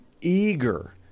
eager